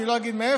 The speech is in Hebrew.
לא אומר מאיפה,